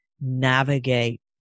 navigate